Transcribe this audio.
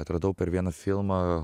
atradau per vieną filmą